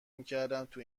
میکردم، تو